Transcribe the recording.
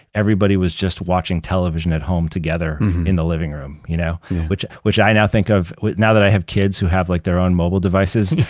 everybody was just watching television at home together in the living room. you know which which i now think of, now that i have kids who have like their own mobile devices,